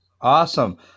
Awesome